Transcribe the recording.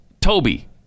Toby